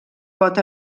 pot